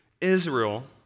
Israel